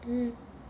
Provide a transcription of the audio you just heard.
mm